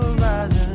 horizon